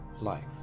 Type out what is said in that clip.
life